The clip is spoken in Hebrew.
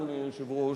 אדוני היושב-ראש,